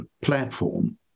platform